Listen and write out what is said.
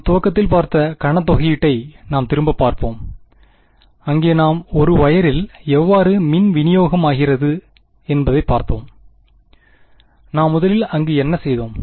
நாம் துவக்கத்தில் பார்த்த கனதொகையீட்டை நாம் திரும்பப்பார்ப்போம் அங்கே நாம் ஒரு வயரில் எவ்வாறு மின் வினியோகம் ஆகிறது என்பதை பார்த்தோம் நாம் முதலில் அங்கு என்ன செய்தோம்